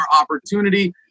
opportunity